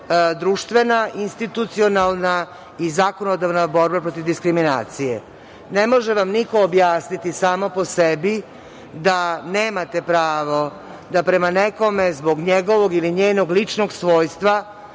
društvena, institucionalna, zakonodavna borba protiv diskriminacije. Ne može vam niko objasniti samo po sebi da nemate pravo da prema nekome zbog njegovog ili njenog ličnog svojstva